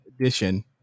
Edition